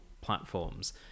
platforms